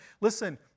listen